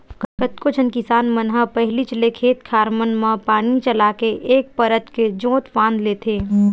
कतको झन किसान मन ह पहिलीच ले खेत खार मन म पानी चलाके एक परत के जोंत फांद लेथे